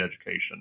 education